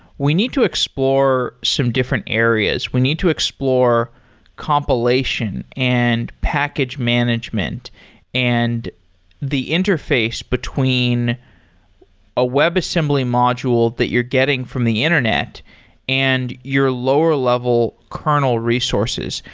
we need to explore some different areas. we need to explore compilation and package management and the interface between a webassembly module that you're getting from the internet and your lower-level kernel resources.